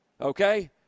Okay